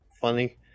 funny